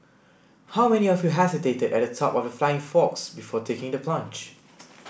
how many of you hesitated at the top of the flying fox before taking the plunge